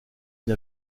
une